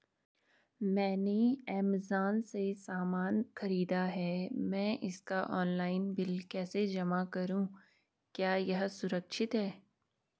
मैंने ऐमज़ान से सामान खरीदा है मैं इसका ऑनलाइन बिल कैसे जमा करूँ क्या यह सुरक्षित है?